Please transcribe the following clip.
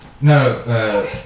No